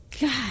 God